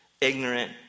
ignorant